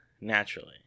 naturally